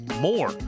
more